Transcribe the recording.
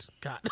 God